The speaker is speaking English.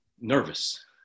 nervous